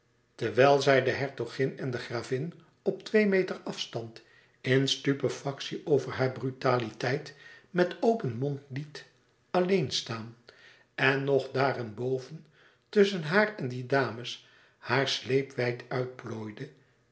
terwijl zij de hertogin en de gravin op twee meter afstand in stupefactie over haar brutaliteit met open mond liet alleen staan en nog daarenboven tusschen haar en die dames haar sleep wijd